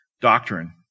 doctrine